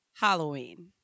Halloween